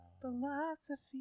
Philosophy